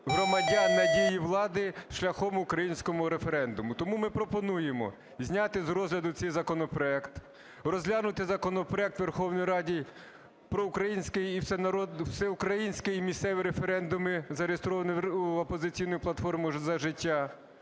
громадян на дії влади шляхом українського референдуму. Тому ми пропонуємо зняти з розгляду цей законопроект, розглянути законопроект у Верховній Раді про український, всеукраїнський і місцевий референдуми, зареєстрований "Опозиційною платформою - За життя",